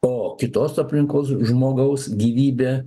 o kitos aplinkos žmogaus gyvybė